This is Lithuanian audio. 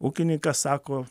ūkininkas sako